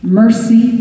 mercy